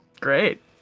Great